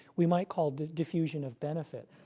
we might call the diffusion of benefit.